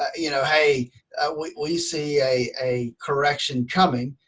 you know, hey we we see a a correction coming,